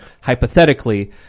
hypothetically